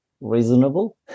reasonable